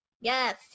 Yes